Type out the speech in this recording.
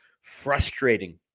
frustrating